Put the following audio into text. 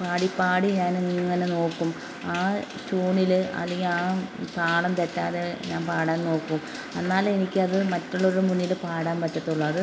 പാടിപ്പാടി ഞാനിങ്ങനെ നോക്കും ആ ട്യൂണിൽ അല്ലെങ്കിൽ ആ താളം തെറ്റാതെ ഞാൻ പാടാൻ നോക്കും എന്നാലെ എനിക്കത് മറ്റുള്ളവരുടെ മുന്നിൽ പാടാൻ പറ്റത്തുള്ളൂ അത്